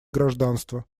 гражданство